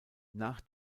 nach